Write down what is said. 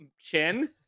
chin